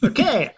Okay